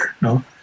no